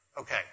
Okay